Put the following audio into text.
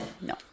no